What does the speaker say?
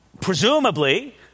presumably